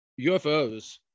UFOs